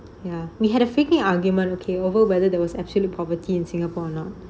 ya we had a frequent argument okay over whether there was absolute poverty in singapore a not